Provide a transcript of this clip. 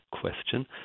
question